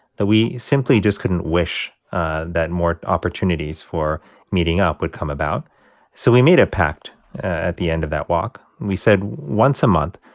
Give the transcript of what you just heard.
we simply just couldn't wish and that more opportunities for meeting up would come about so we made a pact at the end of that walk. we said, once a month,